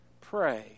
pray